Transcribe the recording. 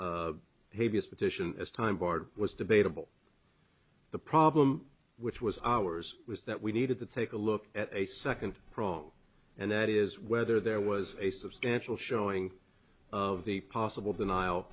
ounce petition as time barred was debatable the problem which was ours was that we needed to take a look at a second prong and that is whether there was a substantial showing of the possible denial